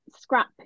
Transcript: scrap